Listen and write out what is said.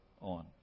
on